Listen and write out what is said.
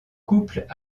couple